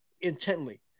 intently